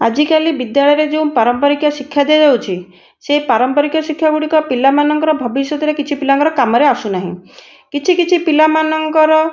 ଆଜିକାଲି ବିଦ୍ୟାଳୟରେ ଯୋଉ ପାରମ୍ପାରିକ ଶିକ୍ଷା ଦିଆଯାଉଛି ସେଇ ପାରମ୍ପାରିକ ଶିକ୍ଷା ଗୁଡ଼ିକ ପିଲାମାନଙ୍କର ଭବିଷ୍ୟତରେ କିଛି ପିଲାଙ୍କର କାମରେ ଆସୁ ନାହିଁ କିଛି କିଛି ପିଲାମାନଙ୍କର